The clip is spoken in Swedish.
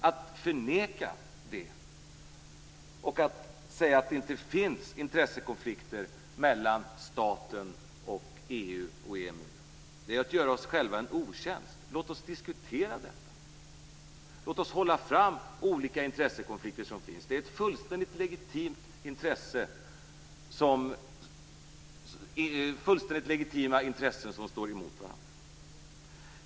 Att förneka det, och säga att det inte finns intressekonflikter mellan dels staten, dels EU och EMU, är att göra oss själva en otjänst. Låt oss diskutera detta. Låt oss hålla fram de olika intressekonflikter som finns. Det är fullständigt legitima intressen som står mot varandra.